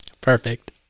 Perfect